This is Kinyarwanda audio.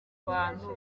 bantu